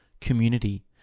community